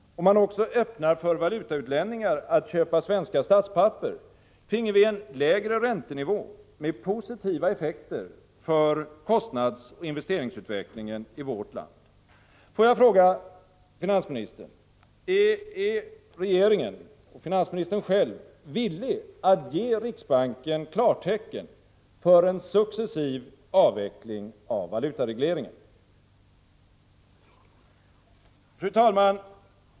Om man också öppnar möjligheter för valutautlänningar att köpa svenska statspapper, får vi en lägre räntenivå med positiva effekter för kostnadsoch investeringsutvecklingen i vårt land. Är regeringen och finansministern själv villiga att ge riksbanken klartecken för en successiv avveckling av valutaregleringen? Fru talman!